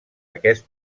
aquest